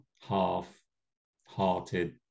half-hearted